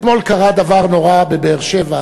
אתמול קרה דבר נורא בבאר-שבע,